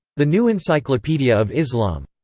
the new encyclopedia of islam.